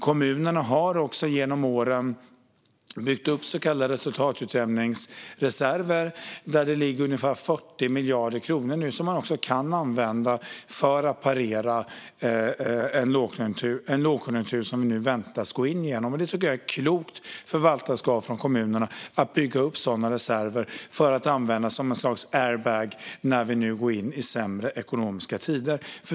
Kommunerna har genom åren byggt upp så kallade resultatutjämningsreserver, och där ligger nu ungefär 40 miljarder kronor som kan användas för att parera den lågkonjunktur som vi väntas gå in i. Jag tycker att det är ett klokt förvaltarskap från kommunerna att bygga upp sådana reserver som kan användas som ett slags airbag när vi nu går in i sämre ekonomiska tider.